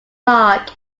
mark